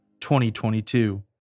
2022